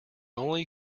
only